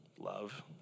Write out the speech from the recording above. Love